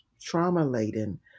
trauma-laden